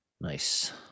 Nice